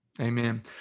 Amen